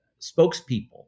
spokespeople